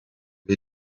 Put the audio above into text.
wir